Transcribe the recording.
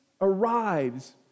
arrives